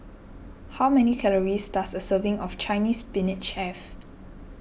how many calories does a serving of Chinese Spinach have